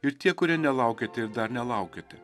ir tie kurie nelaukėte ir dar nelaukiate